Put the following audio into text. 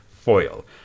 foil